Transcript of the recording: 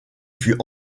fut